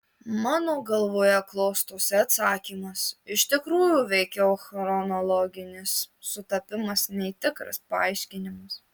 mano galvoje klostosi atsakymas iš tikrųjų veikiau chronologinis sutapimas nei tikras paaiškinimas